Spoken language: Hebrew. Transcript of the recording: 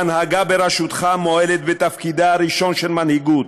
ההנהגה בראשותך מועלת בתפקידה הראשון של מנהיגות,